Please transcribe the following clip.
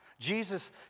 Jesus